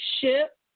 ship